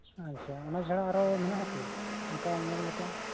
ᱟᱪᱪᱷᱟ ᱚᱱᱟ ᱪᱷᱟᱲᱟ ᱟᱨᱚ ᱢᱮᱱᱟᱜᱼᱟ ᱠᱤ ᱚᱱᱠᱟ ᱧᱮᱞ ᱞᱮᱠᱟ